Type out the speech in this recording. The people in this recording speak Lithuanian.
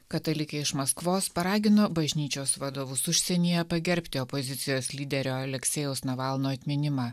katalikė iš maskvos paragino bažnyčios vadovus užsienyje pagerbti opozicijos lyderio aleksejaus navalno atminimą